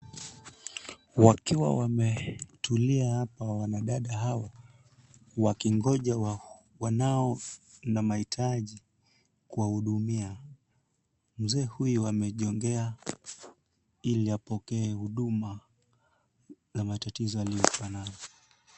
Wakiwa wametulia hapa wanadada hawa, wakingoja wanao na mahitaji kuwahudumia, mzee huyu amejongea ili apokee huduma la matatizo aliyokuwa nayo.